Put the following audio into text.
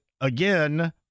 again